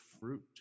fruit